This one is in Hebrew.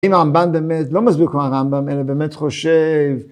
אם הרמב״ן באמת, לא מסביר כמו הרמב״ם אלה, באמת חושב.